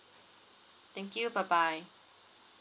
thank you bye bye